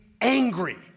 angry